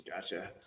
Gotcha